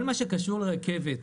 כל מה שקשור לרכבת,